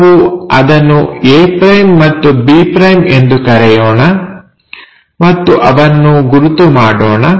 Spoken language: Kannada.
ನಾವು ಅದನ್ನು a' ಮತ್ತು b' ಎಂದು ಕರೆಯೋಣ ಮತ್ತು ಅವನ್ನು ಗುರುತು ಮಾಡೋಣ